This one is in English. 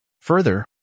Further